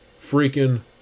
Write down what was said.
freaking